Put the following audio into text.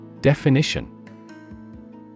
Definition